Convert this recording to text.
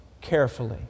Carefully